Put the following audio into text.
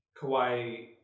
Kawhi